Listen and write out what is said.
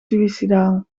suïcidaal